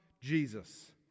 Jesus